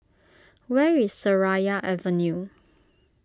where is Seraya Avenue